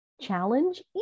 challenge